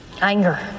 Anger